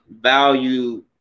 value